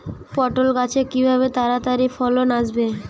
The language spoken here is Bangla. পটল গাছে কিভাবে তাড়াতাড়ি ফলন আসবে?